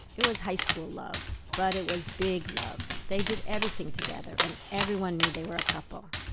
it was high school love, but it was big love. they did everything together and everyone knew they were a couple.